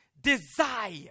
desire